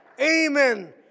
Amen